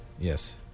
Yes